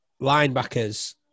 linebackers